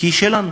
כי היא שלנו.